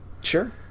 Sure